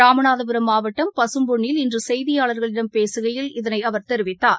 இராமநாதபுரம் மாவட்டம் பசும்பொன்ளில் இன்றுசெய்தியாளர்களிடம் பேசுகையில் இதனைஅவர் தெரிவித்தார்